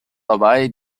vorbei